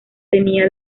tenía